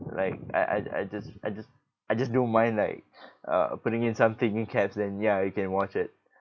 like I I just I just I just don't mind like uh putting in some thinking caps then ya you can watch it